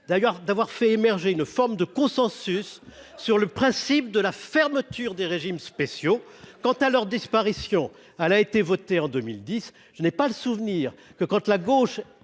d'avoir fait émerger une forme de consensus sur le principe de la fermeture des régimes spéciaux quant à leur disparition. Ah l'a été votée en 2010. Je n'ai pas le souvenir que quand la gauche